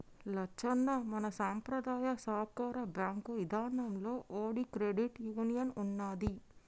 లచ్చన్న మన సంపద్రాయ సాకార బాంకు ఇదానంలో ఓటి క్రెడిట్ యూనియన్ ఉన్నదీ